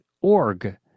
org